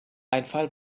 einfall